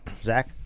Zach